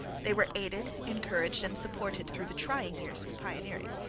they were aided, encouraged, and supported through the trying years of pioneering.